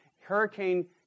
hurricane